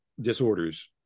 disorders